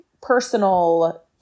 personal